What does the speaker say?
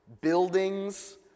buildings